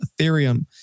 Ethereum